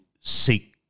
seek